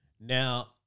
Now